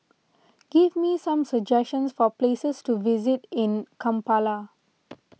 give me some suggestions for places to visit in Kampala